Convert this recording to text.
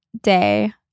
day